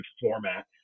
format